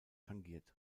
tangiert